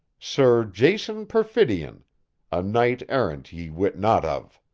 sir jason perfidion a knight errant ye wit not of.